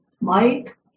Mike